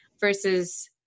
versus